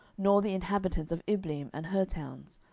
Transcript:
nor the inhabitants of ibleam and her towns,